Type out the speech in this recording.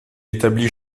établit